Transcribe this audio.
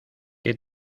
qué